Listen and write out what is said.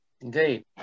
indeed